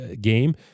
game